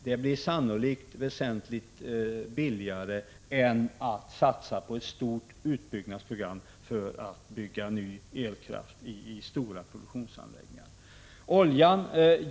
Detta blir sannolikt väsentligt billigare än att satsa på ett stort utbyggnadsprogram för att bygga nya stora elproduktionsanläggningar.